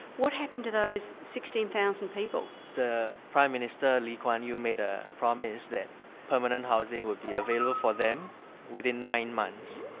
what happened to those sixteen thousand people? the prime minister, lee kuan yew made a promise that permanent housing would be available for them within nine months.